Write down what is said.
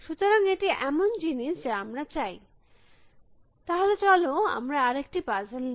সুতরাং এটি এমন জিনিস যা আমরা চাই তাহলে চলো আমরা আরেকটি পাজেল নি